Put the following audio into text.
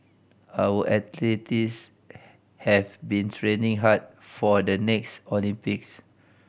our athletes have been training hard for the next Olympics